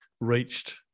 reached